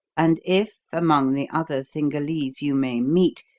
and if, among the other cingalese you may meet,